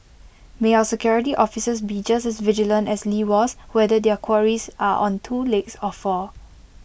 may our security officers be just as vigilant as lee was whether their quarries are on two legs or four